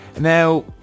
Now